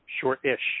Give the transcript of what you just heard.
short-ish